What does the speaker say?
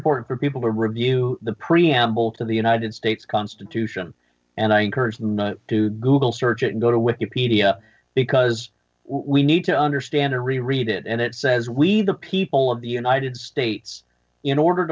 important for people to review the preamble to the united states constitution and i encourage them to google search and go to wikipedia because we need to understand a reread it and it says we the people of the united states in order